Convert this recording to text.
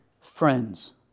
friends